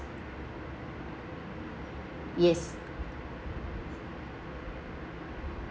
yes